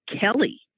Kelly